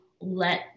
let